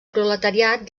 proletariat